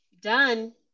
done